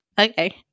Okay